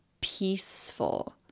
peaceful